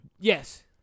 Yes